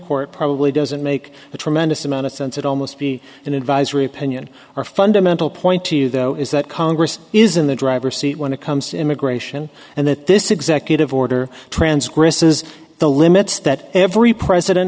court probably doesn't make a tremendous amount of sense it almost be an advisory opinion or fundamental point to though is that congress is in the driver's seat when it comes to immigration and that this executive order transgress is the limits that every president